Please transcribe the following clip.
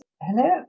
Hello